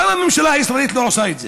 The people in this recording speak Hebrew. למה הממשלה הישראלית לא עושה את זה,